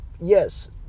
yes